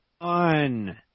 on